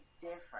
different